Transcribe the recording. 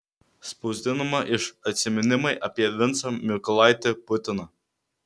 spausdinama iš atsiminimai apie vincą mykolaitį putiną